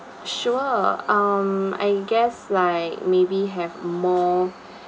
sure um I guess like maybe have more